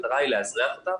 המטרה היא לאזרח אותם,